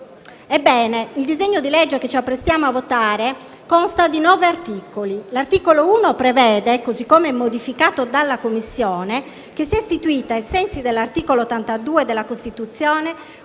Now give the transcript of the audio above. il disegno di legge che ci apprestiamo a votare consta di 9 articoli. L'articolo 1 prevede, così come modificato dalla Commissione, che sia istituita, ai sensi dell'articolo 82 della Costituzione,